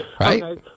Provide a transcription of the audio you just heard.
Right